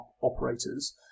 operators